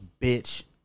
bitch